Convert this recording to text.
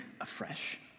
afresh